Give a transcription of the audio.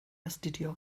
astudio